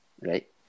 Right